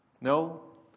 No